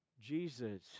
Jesus